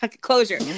Closure